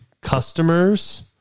Customers